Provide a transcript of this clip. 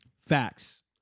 Facts